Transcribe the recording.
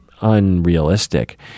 unrealistic